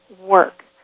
work